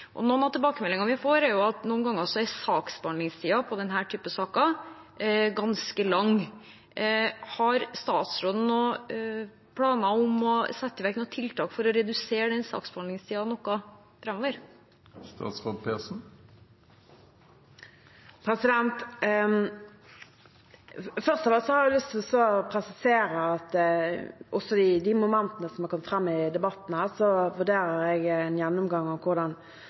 Noen av tilbakemeldingene vi får, er at saksbehandlingstiden i denne typen saker noen ganger er ganske lang. Har statsråden noen planer om å sette i verk tiltak for å redusere saksbehandlingstiden framover? Først vil jeg presisere at med de momentene som har kommet fram i løpet av debatten, vurderer jeg å foreta en gjennomgang av hvordan forholdsmessigheten praktiseres for å sikre at lovgivers intensjon med forslaget blir ivaretatt, i